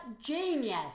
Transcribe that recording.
genius